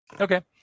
Okay